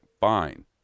fine